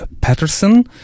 Patterson